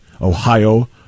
Ohio